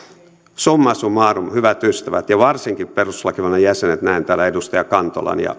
summa summarum hyvät ystävät ja varsinkin perustuslakivaliokunnan jäsenet näen täällä edustaja kantolan ja